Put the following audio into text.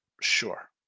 sure